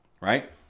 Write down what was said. right